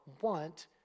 want